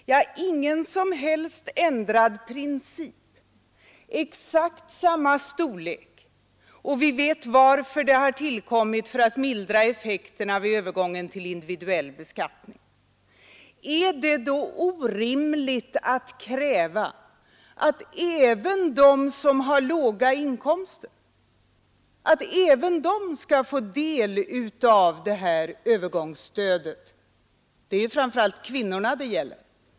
Ingen som helst ändrad princip, exakt samma storlek! Och vi vet att avdraget har kommit till för att mildra effekterna vid övergången till individuell beskattning. Det enda vi kräver är att även de som har låga inkomster skall få del av övergångsstödet. Det är framför allt kvinnorna det gäller.